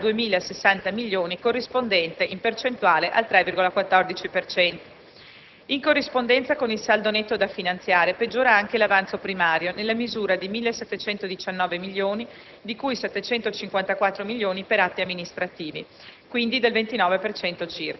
con un differenziale pari a 2.060 milioni, corrispondente al 3,14 per cento. In corrispondenza con il saldo netto da finanziare peggiora anche l'avanzo primario, nella misura di 1.719 milioni (di cui 754 milioni per atti amministrativi),